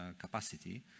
capacity